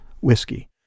whiskey